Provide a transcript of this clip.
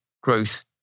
growth